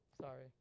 sorry